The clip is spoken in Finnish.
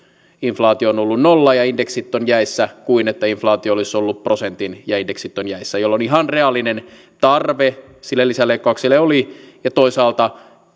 inflaatio on ollut nolla ja indeksit ovat jäissä kuin että inflaatio olisi ollut prosentin ja indeksit ovat jäissä jolloin ihan reaalinen tarve sille lisäleikkaukselle oli toisaalta